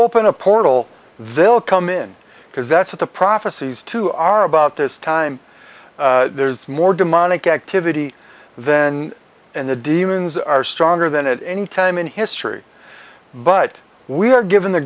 open a portal they'll come in because that's what the prophecies too are about this time there's more demonic activity then and the demons are stronger than at any time in history but we are given the